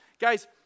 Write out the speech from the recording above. Guys